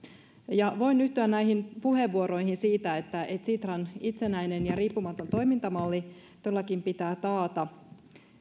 voin yhtyä näihin puheenvuoroihin siitä että sitran itsenäinen ja riippumaton toimintamalli todellakin pitää taata